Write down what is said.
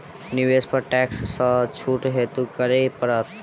निवेश पर टैक्स सँ छुट हेतु की करै पड़त?